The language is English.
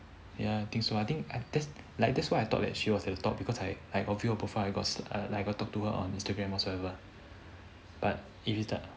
ya I think so I think I like that's why I thought that she was at the top because I I got view her profile I got talk to her on instagram whatsoever but if it it's the